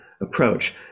approach